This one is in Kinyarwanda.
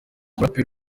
umuraperi